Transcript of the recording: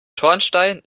schornstein